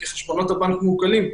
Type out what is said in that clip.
כי חשבונות הבנק מעוקלים,